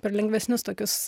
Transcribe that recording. per lengvesnius tokius